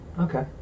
Okay